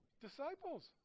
disciples